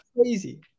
crazy